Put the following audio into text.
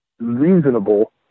reasonable